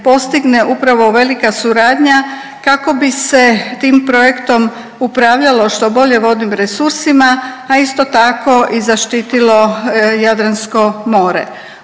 postigne upravo velika suradnja kako bi se tim projektom upravljalo što bolje vodnim resursima, a isto tako i zaštitilo Jadransko more.